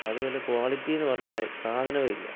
അതും അല്ല ക്വാളിറ്റിന്നു പറയുന്ന സാധനമേയില്ല